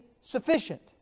sufficient